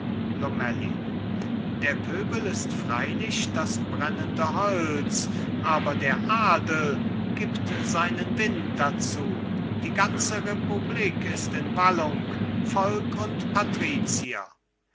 lomellin der pöbel ist freilich das brennende holz aber der adel gibt seinen wind dazu die ganze republik ist in wallung volk und patrizier